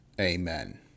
Amen